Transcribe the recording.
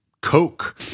Coke